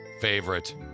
favorite